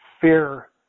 fear